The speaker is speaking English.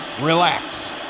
Relax